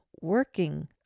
working